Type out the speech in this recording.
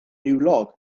niwlog